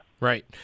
Right